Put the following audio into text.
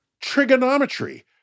trigonometry